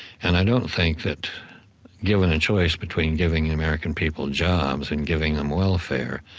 and i don't think that given a choice between giving the american people jobs and giving them welfare,